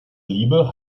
liebe